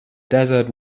desert